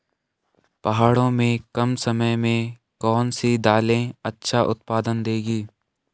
पहाड़ों में कम समय में कौन सी दालें अच्छा उत्पादन देंगी?